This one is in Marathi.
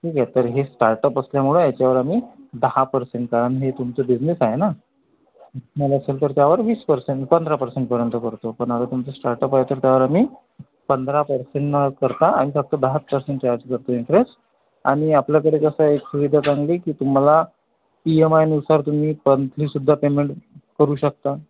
ठीक आहे तर हे स्टार्टअप असल्यामुळं ह्याच्यावर आम्ही दहा पर्सेंट कारण हे तुमचं बिझनेस आहे ना त्यावर वीस पर्सेंट पंधरा पर्सेंटपर्यंत पडतो पण आता तुमचं स्टार्टअप आहे तर त्यावर आम्ही पंधरा पर्सेंट न करता आम्ही फक्त दहाच पर्सेंट चार्ज करतो इंटरेस्ट आणि आपल्याकडे कसं आहे की इथं चांगली की तुम्हाला ई एम आय नुसार तुम्ही मंथलीसुद्धा पेमेंट करू शकता